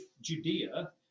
Judea